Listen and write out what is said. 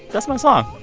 that's my song.